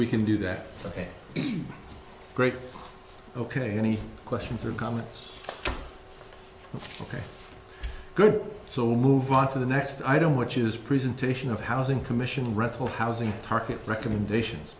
we can do that ok great ok any questions or comments ok good so move on to the next i don't which is presentation of housing commission rental housing market recommendations